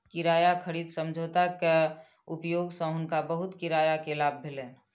किराया खरीद समझौता के उपयोग सँ हुनका बहुत किराया के लाभ भेलैन